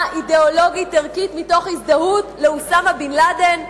אידיאולוגית ערכית מתוך הזדהות לאוסאמה בן-לאדן?